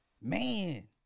Man